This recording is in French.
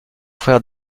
frère